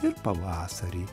ir pavasarį